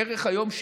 היום בערך 70%,